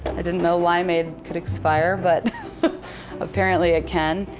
i didn't know limeade could expire, but apparently, it can.